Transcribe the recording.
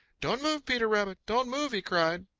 don't move, peter rabbit! don't move! he cried.